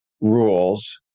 rules